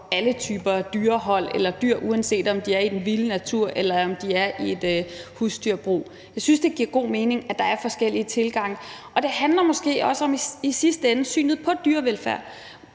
alle typer dyrehold eller dyr, uanset om de er i den vilde natur eller i et husdyrbrug. Jeg synes, det giver god mening, at der er forskellige tilgange, og det handler måske i sidste ende også om synet på dyrevelfærd,